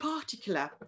particular